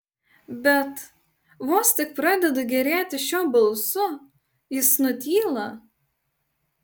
bet vos tik pradedu gėrėtis šiuo balsu jis nutyla